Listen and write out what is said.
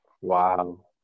wow